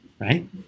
right